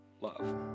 love